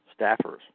staffers